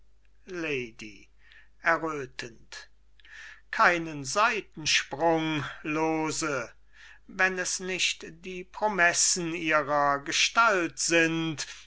lady erröthend keinen seitensprung lose wenn es nicht die promessen ihrer gestalt sind